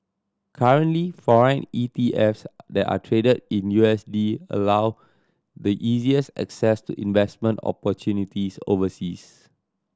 currently foreign E T Fs that are traded in U S D allow the easiest access to investment opportunities overseas